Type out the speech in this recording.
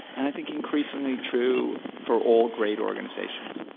and i think increasingly true for all great organizations.